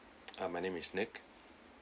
ah my name is nick